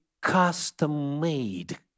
custom-made